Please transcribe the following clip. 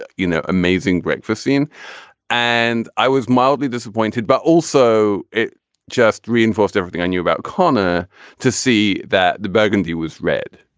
you know amazing breakfast scene and i was mildly disappointed but also it just reinforced everything i knew about conner to see that the burgundy was red.